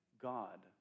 God